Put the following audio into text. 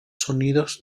sonidos